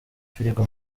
firigo